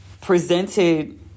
presented